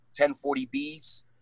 1040Bs